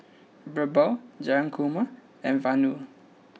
Birbal Jayakumar and Vanu